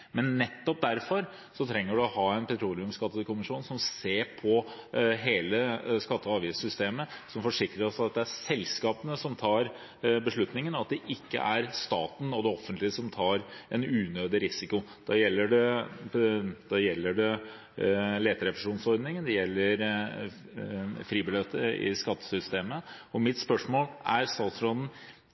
Men nettopp derfor trenger man å ha en petroleumsskattekommisjon som ser på hele skatte- og avgiftssystemet, og som forsikrer oss om at det er selskapene som tar beslutningen, og ikke staten og det offentlige som tar en unødig risiko. Det gjelder leterefusjonsordningen, og det gjelder fribeløpet i skattesystemet. Mitt spørsmål er: Er statsråden